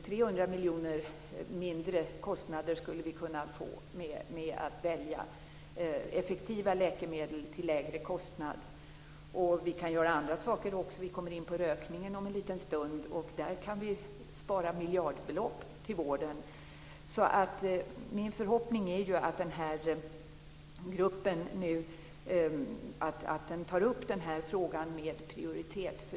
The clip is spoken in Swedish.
300 miljoner lägre kostnader skulle vi kunna få genom att välja effektiva läkemedel till lägre kostnad. Vi kan göra andra saker också. Vi kommer in på rökningen om en liten stund, och där kan vi spara miljardbelopp i vården. Min förhoppning är att den här gruppen nu tar upp frågan med prioritet.